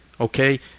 okay